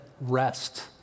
rest